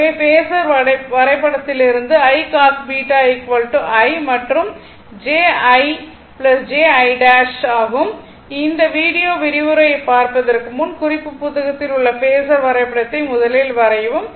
எனவே பேஸர் வரைபடத்திலிருந்து I cos β i மற்றும் j i ' j i ' ஆகும் இந்த வீடியோ விரிவுரையை பார்ப்பதற்கு முன் குறிப்பு புத்தகத்தில் உள்ள பேஸர் வரைபடத்தை முதலில் வரையவும்